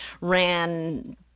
ran